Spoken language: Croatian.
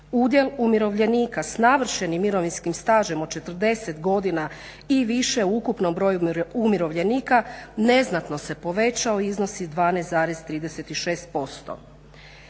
Udjel umirovljenika s navršenim mirovinskim stažem od 40 godina i više u ukupnom broju umirovljenika neznatno se povećao i iznosi 12,36%.